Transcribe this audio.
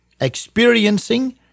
experiencing